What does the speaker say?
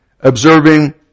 observing